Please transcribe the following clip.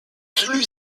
celui